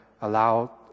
allow